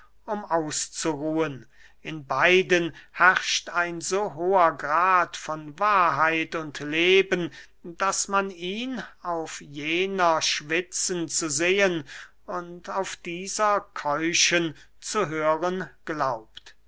um auszuruhen in beiden herrscht ein so hoher grad von wahrheit und leben daß man ihn auf jener schwitzen zu sehen und auf dieser keuchen zu hören glaubt